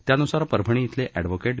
त्यानुसार परभणी इथले अँडव्होकेट